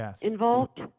involved